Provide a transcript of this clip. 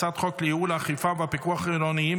הצעת חוק לייעול האכיפה והפיקוח העירוניים